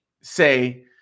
say